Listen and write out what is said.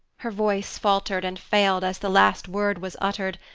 her voice faltered and failed as the last word was uttered,